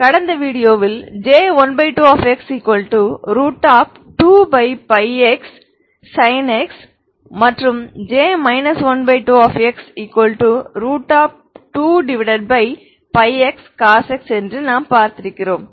கடந்த வீடியோவில் J12x2πx sinx J 12x2πx cosx என்று நாம் பார்த்திருக்கிறோம்